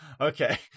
okay